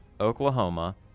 Oklahoma